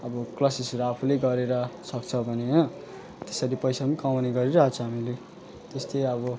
अब क्लासेसहरू आफूले गरेर सक्छ भने होइन त्यसरी पैसा पनि कमाउने गरिरहेछ हामीले त्यस्तै अब